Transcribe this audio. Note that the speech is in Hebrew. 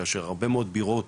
כאשר הרבה מאוד בירות